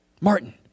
Martin